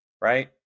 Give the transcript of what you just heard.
right